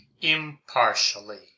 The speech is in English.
impartially